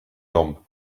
dumb